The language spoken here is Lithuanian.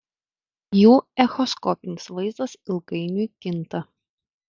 jų echoskopinis vaizdas ilgainiui kinta